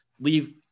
leave